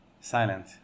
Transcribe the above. silent